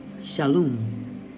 Shalom